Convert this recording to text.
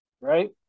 Right